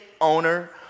owner